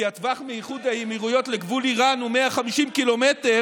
כי הטווח מאיחוד האמירויות לגבול איראן הוא 150 קילומטר,